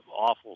awful